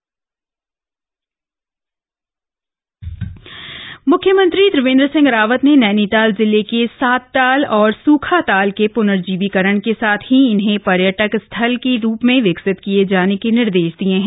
CM Nainital म्ख्यमंत्री त्रिवेंद्र सिंह रावत ने नैनीताल जिले के सातताल और सूखाताल के प्नर्जीवीकरण के साथ ही इन्हें पर्यटक स्थल के रूप में विकसित किये जाने के निर्देश दिये हैं